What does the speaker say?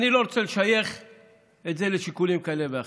אני לא רוצה לשייך את זה לשיקולים כאלה ואחרים.